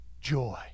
joy